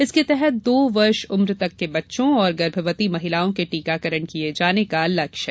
इसके तहत दो वर्ष उम्र के बच्चों और गर्भवती महिलाओं के टीकाकरण किये जाने का लक्ष्य है